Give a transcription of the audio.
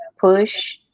push